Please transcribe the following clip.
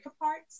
apart